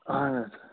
اَہن حظ